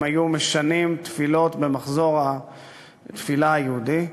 אם היו משנים תפילות במחזור התפילה היהודי,